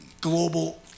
global